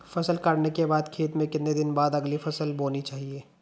फसल काटने के बाद खेत में कितने दिन बाद अगली फसल बोनी चाहिये?